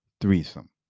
threesome